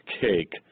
cake